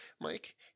Mike